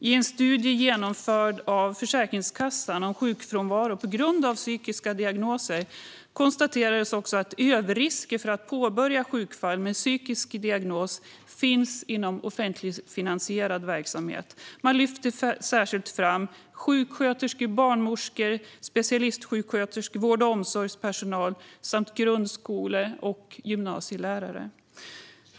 I en studie om sjukfrånvaro på grund av psykiska diagnoser som Försäkringskassan har genomfört konstateras att överrisker för påbörjade sjukfall med psykisk diagnos finns inom offentligt finansierad verksamhet. Man lyfter särskilt fram sjuksköterskor, barnmorskor, specialistsjuksköterskor, vård och omsorgspersonal samt grundskole och gymnasielärare.